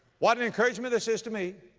what an encouragement this is to me.